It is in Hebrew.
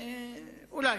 כאלה.